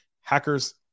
hackers